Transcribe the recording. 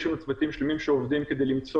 יש לנו צוותים שלמים שעובדים כדי למצוא